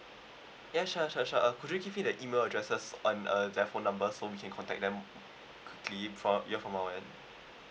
ya sure sure sure uh could you give me the email addresses and uh their phone number so we can contact them directly from our end